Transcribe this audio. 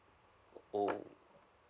oh